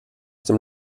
dem